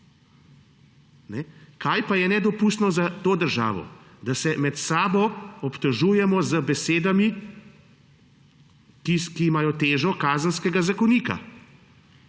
Kaj pa je nedopustno za to državo? Da se med sabo obtožujemo z besedami, ki imajo težo Kazenskega zakonika,